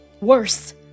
Worse